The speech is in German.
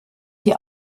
die